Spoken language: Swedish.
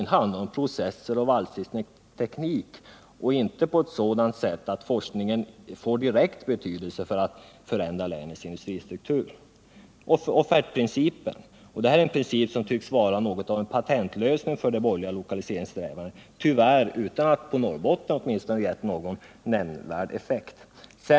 Det handlar om nya processer och valsningsteknik, Fredagen den men inte på ett sådant sätt att forskningen får direkt betydelse för att förändra 1 december 1978 länets industristruktur. Offertprincipen tycks vara något av en patentlösning för de borgerliga lokaliseringssträvandena, tyvärr utan att på Norrbotten åtminstone ha någon nämnvärd effekt.